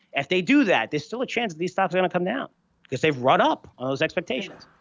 if they do that, there's still a chance of these stocks are going to come down because they've run up on those expectations,